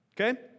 Okay